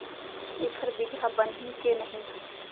एखर बीजहा बनही के नहीं?